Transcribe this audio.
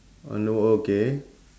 under one okay